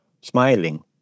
smiling